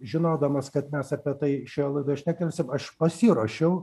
žinodamas kad mes apie tai šioje laidoje šnektelsim aš pasiruošiau